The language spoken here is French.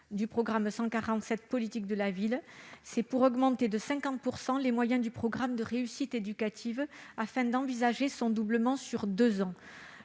du programme 147, « Politique de la ville ». Il vise à augmenter de 50 % les moyens du programme de réussite éducative afin d'envisager son doublement sur deux ans.